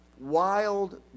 wild